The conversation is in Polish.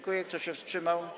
Kto się wstrzymał?